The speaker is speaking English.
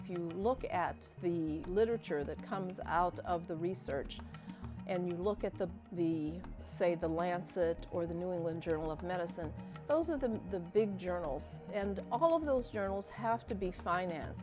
if you look at the literature that comes out of the research and you look at the the say the lancet or the new england journal of medicine those of them in the big journals and all of those journals have to be finance